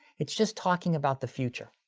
it's just talking about the future.